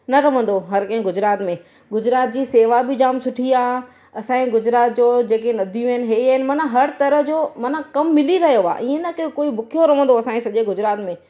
न रहंदो हर कंहिं गुजरात में गुजरात जी सेवा बि जाम सुठी आहे असांजे गुजरात जो जेके नंदियूं आहिनि हीअ आहिनि माना हर तरह जो माना कम मिली रहियो आहे ईअं न की कोई बुखियो रहंदो असांजे सॼे गुजरात में